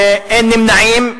אין נמנעים.